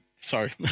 Sorry